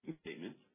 statements